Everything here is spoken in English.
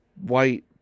white